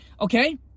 okay